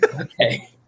Okay